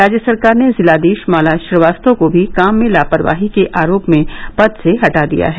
राज्य सरकार ने जिलाधीश माला श्रीवास्तव को भी काम में लापरवाही के आरोप में पद से हटा दिया है